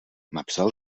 napsal